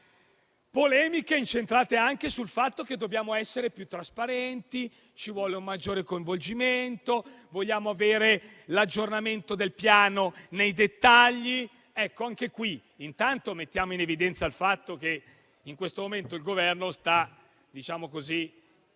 Polemiche incentrate anche sul fatto che dobbiamo essere più trasparenti, che ci vuole un maggiore coinvolgimento, che si vuole avere l'aggiornamento del Piano nei dettagli. Ecco, intanto mettiamo in evidenza il fatto che in questo momento il Governo ha aperto e sta